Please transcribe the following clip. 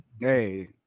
Hey